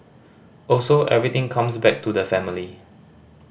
also everything comes back to the family